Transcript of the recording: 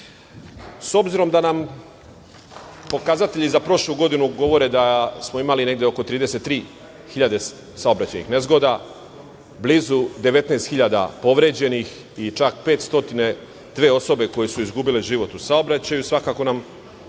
da nam pokazatelji za prošlu godinu govore da smo imali negde oko 33.000 saobraćajnih nezgoda, blizu 19.000 povređenih i čak 502 osobe koje su izgubile život u saobraćaju, svakako nam